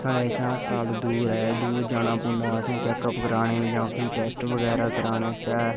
साढ़े इत्थै अस्पताल दूर ऐ दूर जाना पौंदा असेंगी चैकअप कराने गी जां फ्ही टेस्ट बगैरा कराने आस्तै